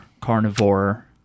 carnivore